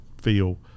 feel